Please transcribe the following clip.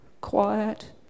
quiet